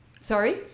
sorry